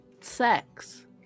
sex